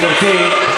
גברתי.